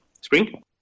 Spring